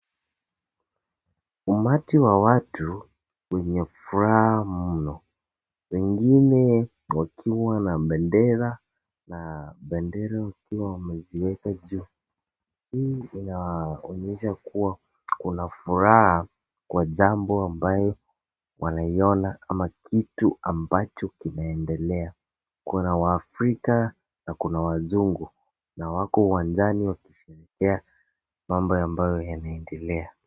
Umati wa watu wenye furaha mno. Wengine wakiwa na bendera na bendera wakiwa wamezieka juu. Hii inaonyesha kuwa kuna furaha kwa jambo ambayo wanaiona ama kitu ambacho kinaendelea. Kuna waafrika na kuna wazungu na wako uwanjani wakisherehekea mambo ambayo yanaendelea.